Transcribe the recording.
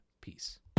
Peace